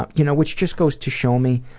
ah you know which just goes to show me,